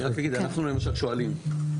אנחנו למשל שואלים,